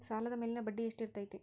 ಸಾಲದ ಮೇಲಿನ ಬಡ್ಡಿ ಎಷ್ಟು ಇರ್ತೈತೆ?